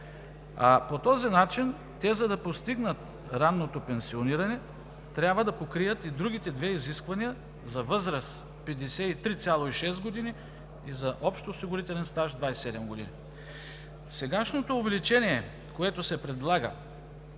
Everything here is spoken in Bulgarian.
По този начин, за да постигнат ранното пенсиониране, те трябваше да покрият и другите две изисквания за възраст – 53,6 години, и за общ осигурителен стаж –27 години. Сегашното увеличение, което се предлага